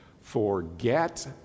Forget